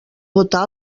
votar